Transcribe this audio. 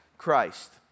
Christ